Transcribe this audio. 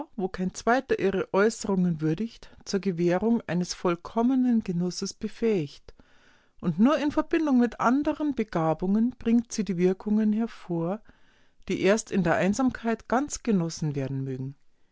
wo kein zweiter ihre äußerungen würdigt zur gewährung eines vollkommenen genusses befähigt und nur in verbindung mit andern begabungen bringt sie die wirkungen hervor die erst in der einsamkeit ganz genossen werden mögen